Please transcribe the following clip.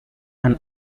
and